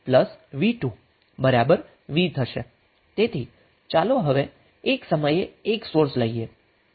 તેથી ચાલો હવે એક સમયે 1 સોર્સ લઈએ